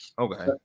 Okay